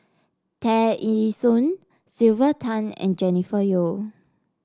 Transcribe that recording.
Tear Ee Soon Sylvia Tan and Jennifer Yeo